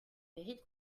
mérite